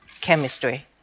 chemistry